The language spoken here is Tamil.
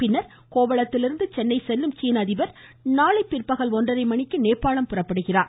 பின்னர் கோவளத்திலிருந்து சென்னை செல்லும் சீன அதிபர் நாளை பிற்பகல் ஒன்றரை மணிக்கு நேபாளம் புறப்படுகிறார்